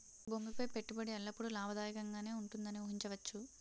భూమి పై పెట్టుబడి ఎల్లప్పుడూ లాభదాయకంగానే ఉంటుందని ఊహించవచ్చు